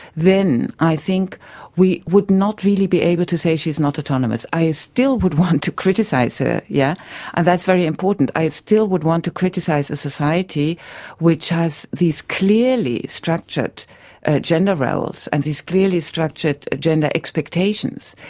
then i think we would not really be able to say she's not autonomous. i i still would want to criticise her, yeah and that's very important. i still would want to criticise a society which has these clearly structured ah gender roles and these clearly structured gender expectations.